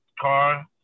car